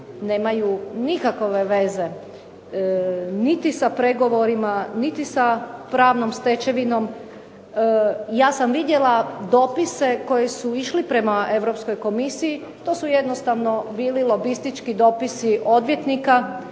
nemaju nikakve niti sa pregovorima niti sa pravnom stečevinom. Ja sam vidjela dopise koji su išli prema Europskoj komisiji. To su jednostavno bili lobistički dopisi odvjetnika,